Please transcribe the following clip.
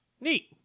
Neat